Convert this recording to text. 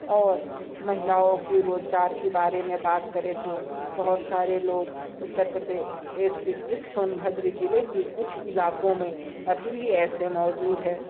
और महिलाओं के रोज़गार के बारे में बात करें तो बहुत सारे लोग उत्तर प्रदेश के इस सोनभद्र ज़िले के कुछ इलाक़ों में अभी भी ऐसे मौजूद है